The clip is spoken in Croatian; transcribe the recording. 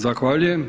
Zahvaljujem.